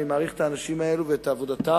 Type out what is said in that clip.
ואני מעריך את האנשים האלה ואת עבודתם,